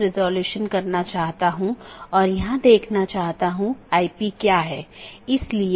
हम बताने की कोशिश कर रहे हैं कि राउटिंग प्रोटोकॉल की एक श्रेणी इंटीरियर गेटवे प्रोटोकॉल है